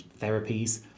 therapies